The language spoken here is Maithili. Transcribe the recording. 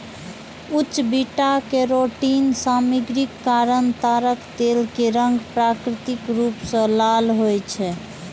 उच्च बीटा कैरोटीन सामग्रीक कारण ताड़क तेल के रंग प्राकृतिक रूप सं लाल होइ छै